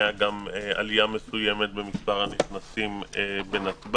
זה יגרום לעלייה מסוימת במספר הנכנסים לנתב"ג.